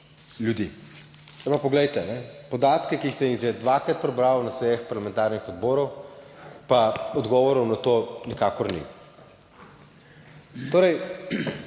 ljudi. Zdaj pa poglejte podatke, ki sem jih že dvakrat prebral na sejah parlamentarnih odborov, pa odgovorov na to nikakor ni. Torej,